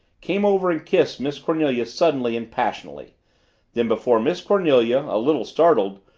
came over and kissed miss cornelia suddenly and passionately then before miss cornelia, a little startled,